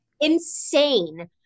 Insane